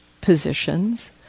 positions